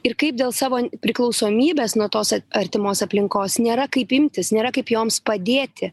ir kaip dėl savo priklausomybės nuo tos artimos aplinkos nėra kaip imtis nėra kaip joms padėti